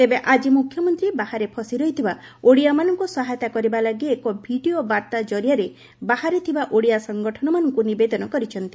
ତେବେ ଆଜି ମୁଖ୍ୟମନ୍ତୀ ବାହାରେ ଫସି ରହିଥିବା ଓଡ଼ିଆମାନଙ୍କୁ ସହାୟତା କରିବା ଲାଗି ଏକ ଭିଡ଼ିଓ ବାର୍ତ୍ତା କରିଆରେ ବାହାରେ ଥିବା ଓଡ଼ିଆ ସଂଗଠନ ମାନଙ୍କୁ ନିବେଦନ କରିଛନ୍ତି